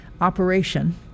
operation